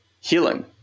healing